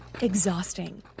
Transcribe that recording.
exhausting